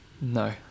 No